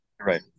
Right